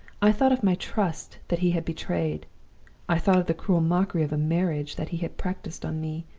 i thought of my trust that he had betrayed i thought of the cruel mockery of a marriage that he had practiced on me,